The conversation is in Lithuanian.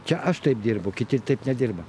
čia aš taip dirbu kiti taip nedirba